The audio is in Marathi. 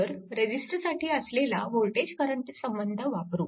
तर रेजिस्टरसाठी असलेला वोल्टेज करंट संबंध वापरू